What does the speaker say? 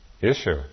issue